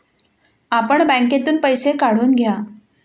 आपण बँकेतून पैसे काढून घ्या